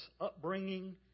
upbringing